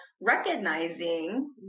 recognizing